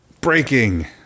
Breaking